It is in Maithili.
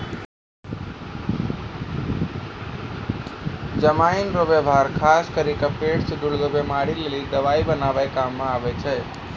जमाइन रो वेवहार खास करी के पेट से जुड़लो बीमारी लेली दवाइ बनाबै काम मे आबै छै